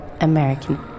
American